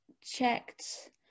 checked